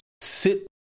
Sit